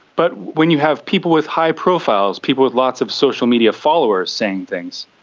but when you have people with high profiles, people with lots of social media followers saying things,